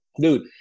Dude